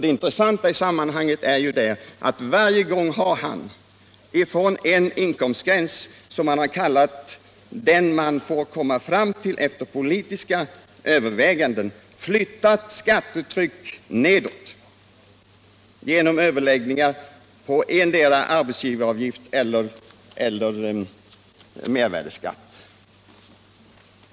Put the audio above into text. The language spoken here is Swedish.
Det intressanta är att varje gång har herr Sträng från en inkomstgräns, som han har kallat ”den man får komma fram till efter politiska överväganden”, flyttat skattetryck nedåt genom överföring på antingen arbetsgivaravgift eller mervärdeskatt.